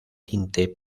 tinte